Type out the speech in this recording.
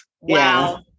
Wow